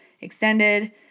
extended